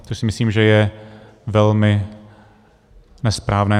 Což si myslím, že je velmi nesprávné.